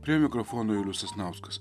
prie mikrofono julius sasnauskas